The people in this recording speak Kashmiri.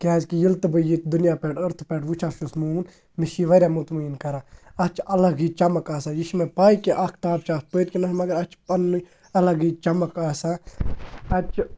کیٛازِکہِ ییٚلہِ تہِ بہٕ ییٚتہِ دُنیا پٮ۪ٹھ أرتھٕ پٮ۪ٹھ وٕچھان چھُس موٗن مےٚ چھِ یہِ واریاہ مطمعیٖن کَران اَتھ چھِ اَلَگ یہِ چَمَک آسان یہِ چھِ مےٚ پَے کہِ اَختاب چھِ اَتھ پٔتۍ کِنٮ۪تھ مگر اَتھ چھِ پنٛنُے اَلَگٕے چَمَک آسان اَتہِ چھِ